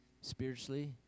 spiritually